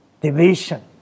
division